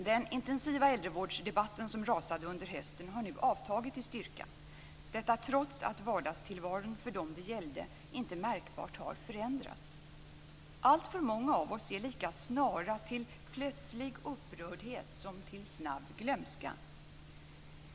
Den intensiva äldrevårdsdebatt som rasade under hösten har nu avtagit i styrka, trots att vardagstillvaron för dem det gällde inte märkbart har förändrats. Alltför många av oss är lika snara till plötslig upprördhet som till snabb glömska.